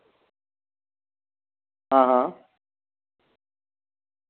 हां हां